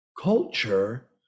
culture